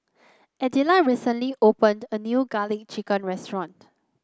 Idella recently opened a new garlic chicken restaurant